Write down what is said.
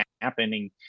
happening